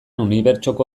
unibertsoko